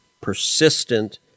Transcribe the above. persistent